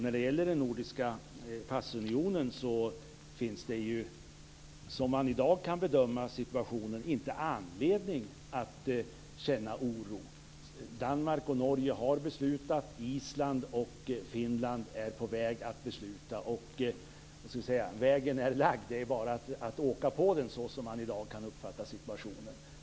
När det gäller den nordiska passunionen finns det som man i dag kan bedöma situationen inte anledning att känna oro. Danmark och Norge har beslutat, och Island och Finland är på väg att besluta. Vägen är alltså lagd. Det är bara att åka på den. Så kan man i dag uppfatta situationen.